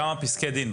כמה פסקי דין?